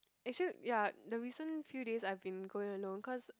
actual ya the reason few days I have been going alone cause